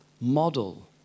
Model